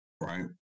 right